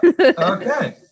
Okay